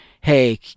hey